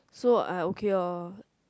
so I okay loh